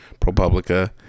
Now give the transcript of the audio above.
ProPublica